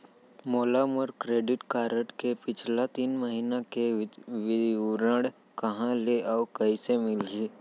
मोला मोर credit card के पिछला तीन महीना के विवरण कहाँ ले अऊ कइसे मिलही?